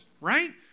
right